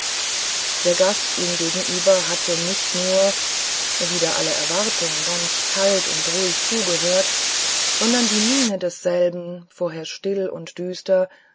der gast ihm gegenüber hatte nicht nur wider alle erwartung ganz kalt und ruhig zugehört sondern die miene desselben vorher still und düster